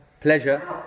pleasure